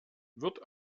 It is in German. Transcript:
wird